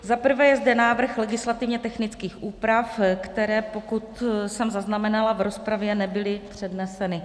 Za prvé je zde návrh legislativně technických úprav, které, pokud jsem zaznamenala v rozpravě, nebyly předneseny.